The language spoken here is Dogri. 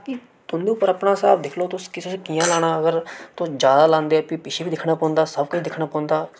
बाकी तुं'दे पर अपना स्हाब दिक्खी लैओ तुस कि'यां लाना अगर तुस ज्यादा लांदे फ्ही पिच्छे बी दिक्खना पौंदा सब किश दिक्खना पौंदा